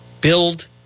build